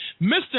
Mr